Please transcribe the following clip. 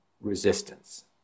resistance